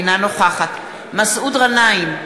אינה נוכחת מסעוד גנאים,